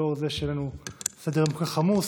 לאור זה שאין לנו סדר-יום כל כך עמוס,